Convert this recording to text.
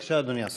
בבקשה, אדוני השר.